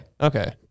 okay